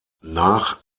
nach